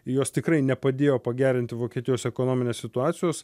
jos tikrai nepadėjo pagerint vokietijos ekonominės situacijos